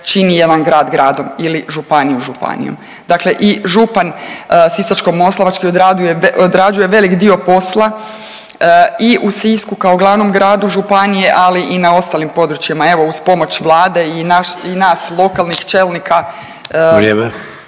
čini jedan grad gradom ili županiju županijom. Dakle i župan sisačko-moslavački odradio je, odrađuje velik dio posla i u Sisku kao glavnom gradu županije, ali i na ostalim područjima, evo uz pomoć Vlade i nas lokalnih čelnika .../Upadica: